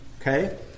Okay